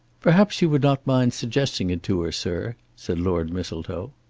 perhaps you would not mind suggesting it to her, sir, said lord mistletoe.